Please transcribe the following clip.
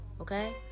okay